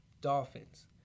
Dolphins